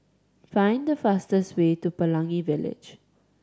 find fastest way to Pelangi Village